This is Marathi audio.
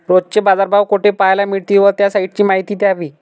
रोजचे बाजारभाव कोठे पहायला मिळतील? त्या साईटची माहिती द्यावी